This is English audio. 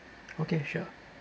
okay sure